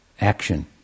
action